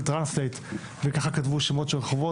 טרנסלייט וככה כתבו שמות של רחובות,